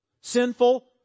Sinful